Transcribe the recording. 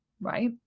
right